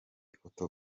ifoto